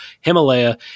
Himalaya